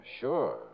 sure